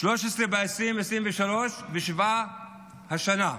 בשנה וחצי האחרונות, 13 ב-2023 ושבעה השנה,